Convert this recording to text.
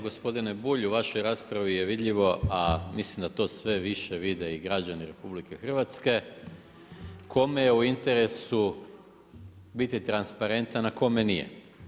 Gospodine Bulj, u vašoj raspravi je vidljivo a mislim da to sve više vide i građani RH, kome je u interesu biti transparentan a kome nije.